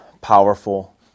powerful